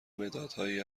مدادهایی